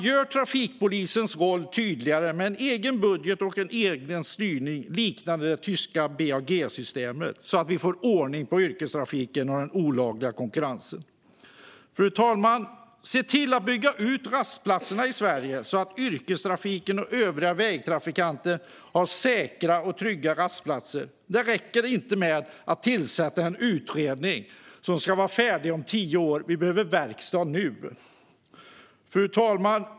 Gör trafikpolisens roll tydligare med en egen budget och en egen styrning, liknande det tyska BAG-systemet, så att vi får ordning på yrkestrafiken och den olagliga konkurrensen! Fru talman! Se till att bygga ut rastplatserna i Sverige, så att yrkestrafiken och övriga vägtrafikanter har säkra och trygga rastplatser! Det räcker inte att tillsätta en utredning som ska vara färdig om tio år. Vi behöver verkstad nu. Fru talman!